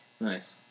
Nice